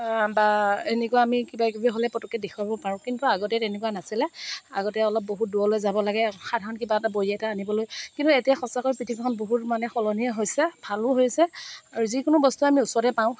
বা এনেকুৱা আমি কিবা কিবি হ'লে পুটুককে দেখুৱাব পাৰোঁ কিন্তু আগতে তেনেকুৱা নাছিলে আগতে অলপ বহুত দূৰলৈ যাব লাগে সাধাৰণ কিবা এটা বৰি এটা আনিবলৈ কিন্তু এতিয়া সঁচাকৈ পৃথিৱীখন বহুত মানে সলনিয়ে হৈছে ভালো হৈছে আৰু যিকোনো বস্তু আমি ওচৰতে পাওঁ